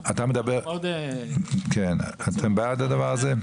אתם בעד הדבר הזה?